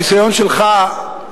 הניסיון שלך,